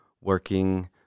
working